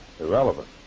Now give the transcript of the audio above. irrelevant